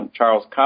Charles